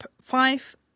five